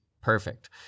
Perfect